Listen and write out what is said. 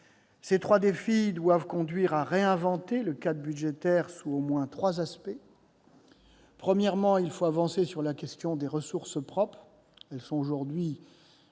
Ces trois défis doivent conduire à réinventer le cadre budgétaire sous au moins trois aspects. Premièrement, il faut avancer sur la question des ressources propres, qui sont aujourd'hui